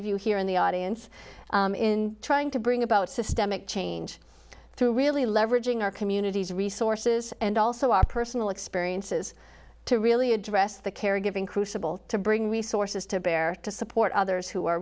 of you here in the audience in trying to bring about systemic change through really leveraging our communities resources and also our personal experiences to really address the caregiving crucible to bring resources to bear to support others who are